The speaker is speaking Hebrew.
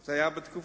זה כבר היה בתקופתו.